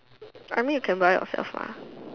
I mean you can buy yourself lah